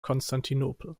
constantinople